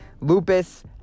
lupus